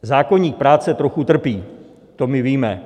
Zákoník práce trochu trpí, to my víme.